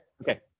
Okay